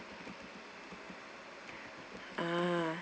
ah